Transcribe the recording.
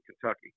Kentucky